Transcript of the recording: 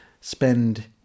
spend